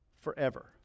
forever